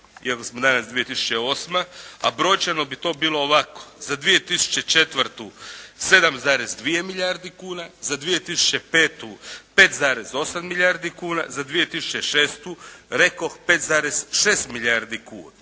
iako smo danas 2008., a brojčano bi to bilo ovako. Za 2004. 7,2 milijarde kuna, za 2005. 5,8 milijardi kuna, 2006. rekoh 5,6 milijardi kuna.